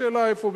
השאלה היא איפה,